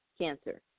cancer